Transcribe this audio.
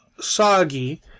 soggy